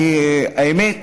אני, האמת,